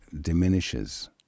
diminishes